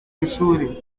ishuri